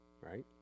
Right